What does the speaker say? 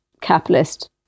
capitalist